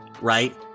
right